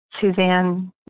Suzanne